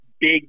big